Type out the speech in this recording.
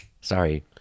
Sorry